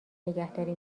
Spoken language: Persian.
نگهداری